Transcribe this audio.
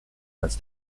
als